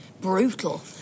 brutal